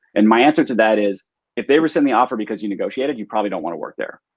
and my answer to that is if they rescind the offer because you negotiated you probably don't wanna work there.